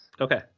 Okay